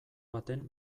baten